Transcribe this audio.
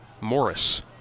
Morris